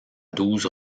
douze